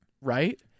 Right